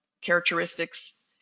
characteristics